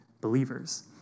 believers